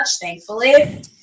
thankfully